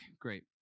Great